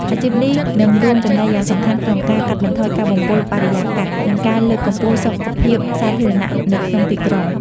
អាជីពនេះនឹងរួមចំណែកយ៉ាងសំខាន់ក្នុងការកាត់បន្ថយការបំពុលបរិយាកាស និងការលើកកម្ពស់សុខភាពសាធារណៈនៅក្នុងទីក្រុង។